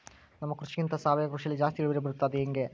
ನಮ್ಮ ಕೃಷಿಗಿಂತ ಸಾವಯವ ಕೃಷಿಯಲ್ಲಿ ಜಾಸ್ತಿ ಇಳುವರಿ ಬರುತ್ತಾ ಅದು ಹೆಂಗೆ?